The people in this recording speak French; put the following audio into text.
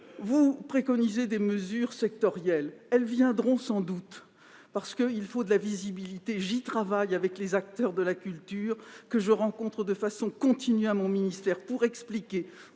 Vous préconisez des mesures sectorielles, celles-ci viendront sans doute, parce qu'il faut de la visibilité. J'y travaille avec les acteurs de la culture, que je rencontre de façon continue à mon ministère pour expliquer